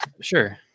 Sure